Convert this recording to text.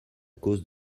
cause